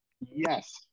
Yes